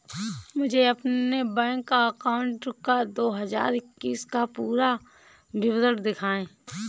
मुझे अपने bank account का दो हज़ार इक्कीस का पूरा विवरण दिखाएँ?